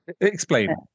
Explain